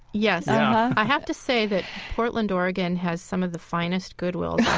yes yeah uh-huh i have to say that portland, oregon, has some of the finest goodwill's